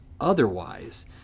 otherwise